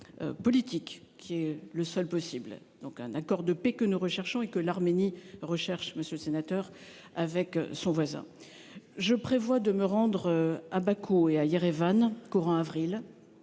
politique, qui est le seul possible. C'est un accord de paix que nous recherchons, et que l'Arménie recherche, monsieur le sénateur, avec son voisin. Je prévois de me rendre à Bakou et à Erevan dans le